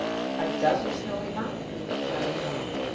a dozen snowy mountain peaks round about,